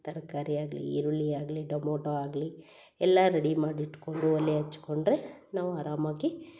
ತರ್ಕಾರಿಯಾಗಲಿ ಈರುಳ್ಳಿಯಾಗಲಿ ಟೊಮೋಟೋ ಆಗ್ಲಿ ಎಲ್ಲಾ ರೆಡಿ ಮಾಡಿ ಇಟ್ಕೊಂಡು ಒಲೆ ಹಚ್ಕೊಂಡ್ರೆ ನಾವು ಅರಾಮಾಗಿ